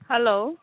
hello